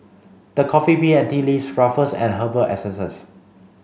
the Coffee Bean and Tea Leaf Ruffles and Herbal Essences